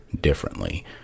differently